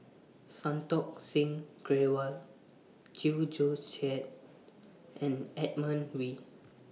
Santokh Singh Grewal Chew Joo Chiat and Edmund Wee